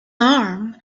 arm